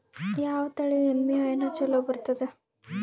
ಯಾವ ತಳಿ ಎಮ್ಮಿ ಹೈನ ಚಲೋ ಬರ್ತದ?